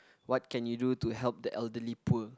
what can you do to help the elderly poor